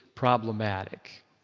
problematic